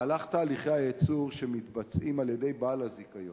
בתהליכי הייצור שמתבצעים על-ידי בעל הזיכיון,